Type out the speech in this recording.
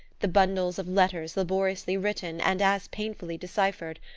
the bundles of letters laboriously written and as painfully deciphered,